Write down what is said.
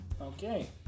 Okay